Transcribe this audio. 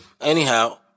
Anyhow